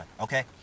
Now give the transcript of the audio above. okay